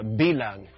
bilang